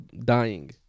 dying